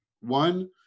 one